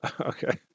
Okay